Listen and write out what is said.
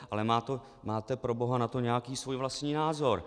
Ale máte proboha na to nějaký svůj vlastní názor.